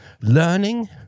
learning